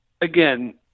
again